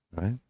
right